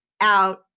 out